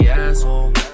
asshole